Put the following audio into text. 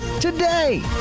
today